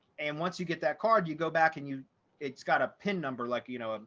and once you get that card, you go back and you it's got a pin number like you know,